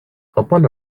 upon